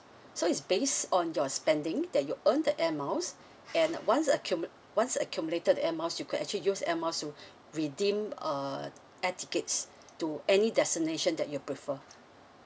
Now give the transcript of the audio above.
so it's based on your spending that you earn the air miles and once accumu~ once accumulated air miles you could actually use air miles to redeem uh air tickets to any destination that you prefer